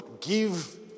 Give